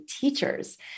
teachers